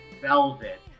velvet